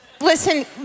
Listen